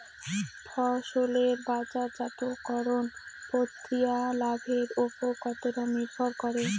ফসলের বাজারজাত করণ প্রক্রিয়া লাভের উপর কতটা নির্ভর করে?